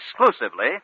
exclusively